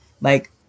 Like-